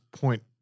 point